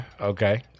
Okay